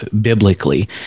biblically